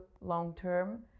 long-term